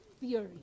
theory